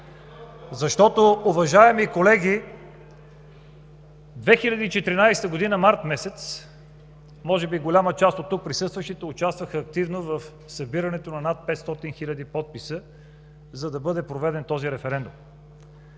Защото, уважаеми колеги, през 2014 г., март месец, може би голяма част от тук присъстващите участваха активно в събирането на над 500 хиляди подписа, за да бъде проведен този референдум.